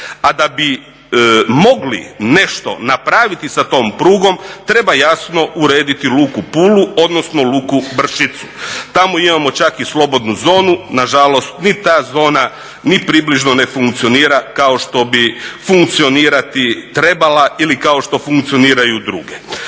A da bi mogli nešto napraviti sa tom prugom treba jasno urediti luku Pulu, odnosno luku Bršicu. Tamo imamo čak i slobodnu zonu, na žalost ni ta zona ni približno ne funkcionira kao što bi funkcionirati trebala ili kao što funkcioniraju druge.